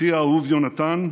אחי האהוב יונתן,